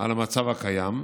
על המצב הקיים,